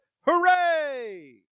hooray